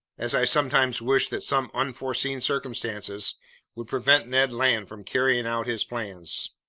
as i sometimes wished that some unforeseen circumstances would prevent ned land from carrying out his plans.